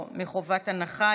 היא קיבלה פטור מחובת הנחה.